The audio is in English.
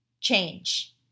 change